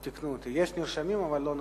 תיקנו אותי, יש נרשמים, אבל לא נוכחים.